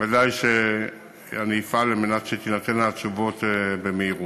ודאי שאני אפעל על מנת שתינתנה התשובות במהירות.